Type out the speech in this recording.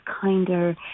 kinder